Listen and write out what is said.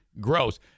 gross